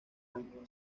and